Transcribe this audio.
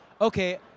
okay